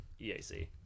EAC